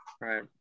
Right